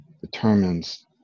determines